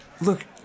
Look